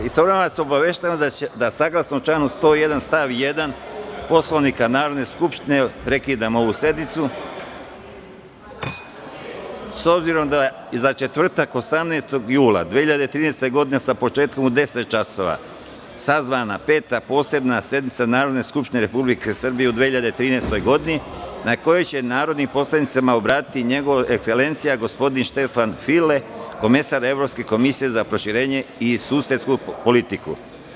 Istovremeno vas obaveštavam da saglasno članu 101. stav 1. Poslovnika Narodne skupštine prekidam ovu sednicu, s obzirom da je za četvrtak 18. jula 2013. godine, sa početkom u 10,00 časova sazvana Peta posebna sednica Narodne skupštine Republike Srbije u 2013. godini, na kojoj će se narodnim poslanicima obratiti njegova ekselencija gospodin Štefan File, komesar Evropske komisije za proširenje i susedsku politiku.